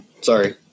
Sorry